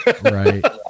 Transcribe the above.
Right